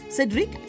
Cedric